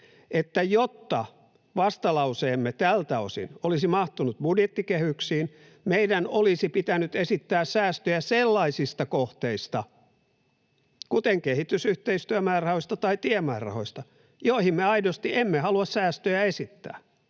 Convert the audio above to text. että jotta vastalauseemme tältä osin olisi mahtunut budjettikehyksiin, meidän olisi pitänyt esittää säästöjä sellaisista kohteista — kuten kehitysyhteistyömäärärahoista tai tiemäärärahoista — joihin me aidosti emme halua säästöjä esittää?